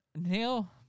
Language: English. Neil